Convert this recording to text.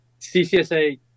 ccsa